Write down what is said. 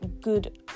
good